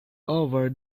over